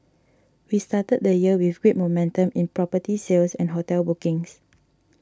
we started the year with great momentum in property sales and hotel bookings